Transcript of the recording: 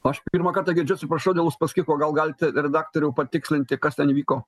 aš pirmą kartą girdžiu atsiprašau dėl uspaskicho gal galit redaktoriau patikslinti kas ten įvyko